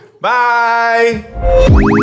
Bye